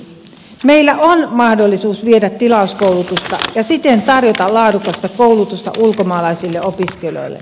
meillä on mahdollisuus viedä tilauskoulutusta ja siten tarjota laadukasta koulutusta ulkomaalaisille opiskelijoille